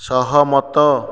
ସହମତ